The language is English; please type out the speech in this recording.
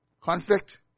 Conflict